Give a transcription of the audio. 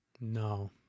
No